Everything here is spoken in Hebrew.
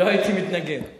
לא הייתי מתנגד.